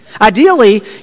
Ideally